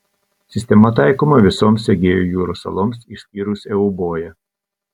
sistema taikoma visoms egėjo jūros saloms išskyrus euboją